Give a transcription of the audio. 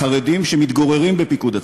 לחרדים שמתגוררים בפיקוד הצפון.